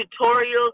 tutorials